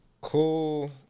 cool